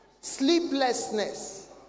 sleeplessness